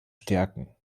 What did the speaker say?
stärken